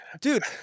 Dude